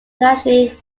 nationally